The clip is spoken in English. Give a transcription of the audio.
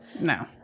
No